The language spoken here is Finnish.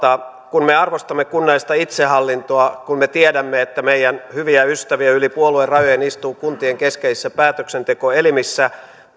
kun me arvostamme kunnallista itsehallintoa kun me tiedämme että meidän hyviä ystäviämme yli puoluerajojen istuu kuntien keskeisissä päätöksentekoelimissä